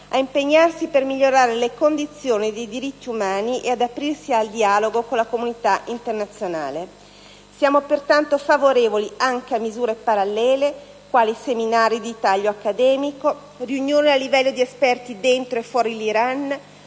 a impegnarsi per migliorare le condizioni dei diritti umani e ad aprirsi al dialogo con la comunità internazionale. Siamo pertanto favorevoli anche a misure parallele - quali seminari di taglio accademico, riunioni a livello esperti dentro e fuori l'Iran,